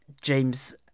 James